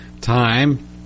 time